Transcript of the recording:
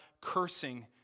cursing